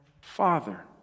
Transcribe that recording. Father